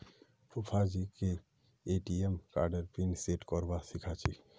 फूफाजीके ए.टी.एम कार्डेर pin set करवा सीखा छि